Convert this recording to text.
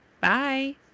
bye